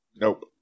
Nope